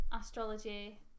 astrology